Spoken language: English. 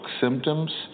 symptoms